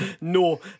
No